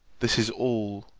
this is all,